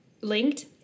linked